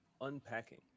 unpacking